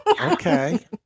Okay